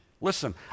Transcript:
Listen